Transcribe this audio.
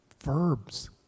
Verbs